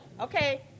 Okay